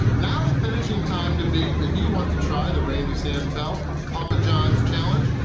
now the finishing time to beat, if you want to try the randy santel papa johns challenge,